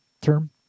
term